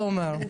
תומר,